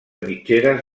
mitgeres